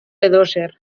edozer